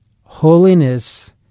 Holiness